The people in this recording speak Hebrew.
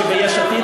סגן שר החוץ,